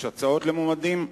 יש הצעות למועמדים?